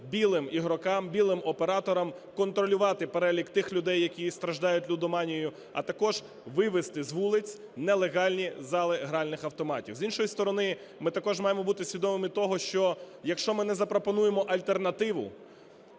"білим" ігрокам, "білим" операторам контролювати перелік тих людей, які страждають лудоманією, а також вивести з вулиць нелегальні зали гральних автоматів. З іншої сторони, ми також маємо бути свідомими того, що, якщо ми не запропонуємо альтернативу